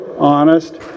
honest